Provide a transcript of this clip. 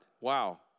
Wow